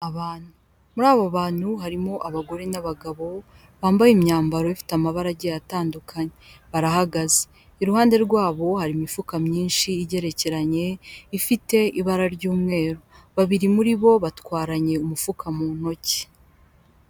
Abantu muri abo bantu harimo abagore n'abagabo bambaye imyambaro ifite amabara agiye atandukanye barahagaze, iruhande rwabo hari imifuka myinshi igerekeranye ifite ibara ry'umweru, babiri muri bo batwaranye umufuka mu ntoki.